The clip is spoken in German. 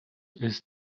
ist